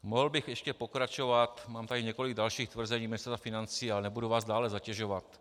Mohl bych ještě pokračovat, mám tady několik dalších tvrzení ministra financí, ale nebudu vás dále zatěžovat.